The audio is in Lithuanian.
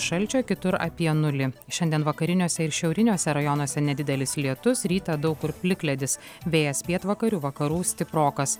šalčio kitur apie nulį šiandien vakariniuose ir šiauriniuose rajonuose nedidelis lietus rytą daug kur plikledis vėjas pietvakarių vakarų stiprokas